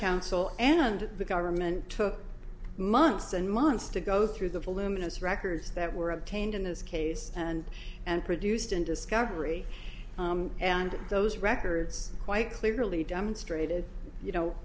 counsel and the government took months and months to go through the voluminous records that were obtained in this case and and produced in discovery and those records quite clearly demonstrated you know